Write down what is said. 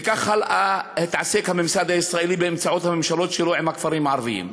וכך הלאה התעסק הממסד הישראלי באמצעות הממשלות שלו עם הכפרים הערביים.